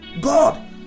God